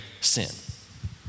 sin